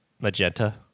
magenta